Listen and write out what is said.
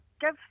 give